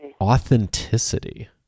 authenticity